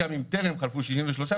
גם אם טרם חלפו 63 חודשים,